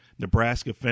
Nebraska